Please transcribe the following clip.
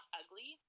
ugly